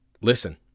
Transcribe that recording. listen